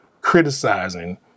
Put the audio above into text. criticizing